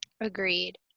Agreed